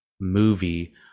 movie